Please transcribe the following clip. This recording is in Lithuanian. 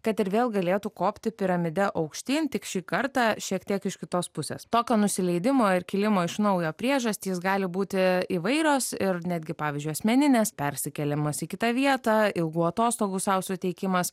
kad ir vėl galėtų kopti piramide aukštyn tik šį kartą šiek tiek iš kitos pusės tokio nusileidimo ir kilimo iš naujo priežastys gali būti įvairios ir netgi pavyzdžiui asmeninės persikėlimas į kitą vietą ilgų atostogų sau suteikimas